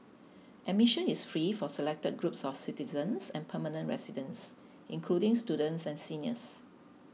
admission is free for selected groups of citizens and permanent residents including students and seniors